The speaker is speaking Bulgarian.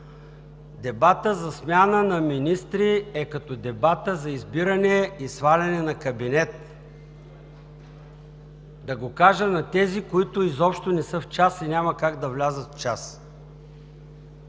Дебатът за смяна на министри е като дебата за избиране и сваляне на кабинет – да го кажа на тези, които изобщо не са в час, и няма как да влязат в час.